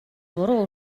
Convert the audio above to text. буруу